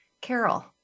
Carol